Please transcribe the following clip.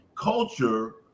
culture